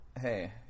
Hey